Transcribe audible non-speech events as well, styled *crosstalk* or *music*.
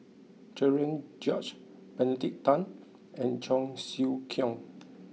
Cherian George Benedict Tan and Cheong Siew Keong *noise*